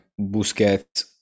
Busquets